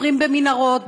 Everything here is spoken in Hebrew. מתחפרים במנהרות,